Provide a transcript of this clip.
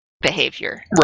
behavior